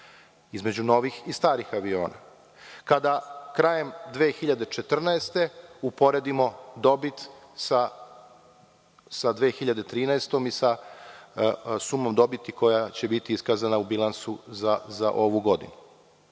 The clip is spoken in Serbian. između novog i starog aviona. Kada krajem 2014. godine uporedimo dobit sa 2013. godinom i sa sumom dobiti koja će biti iskazana u bilansu za ovu godinu.